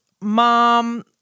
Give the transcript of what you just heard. mom